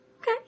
Okay